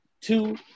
two